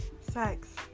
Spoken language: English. sex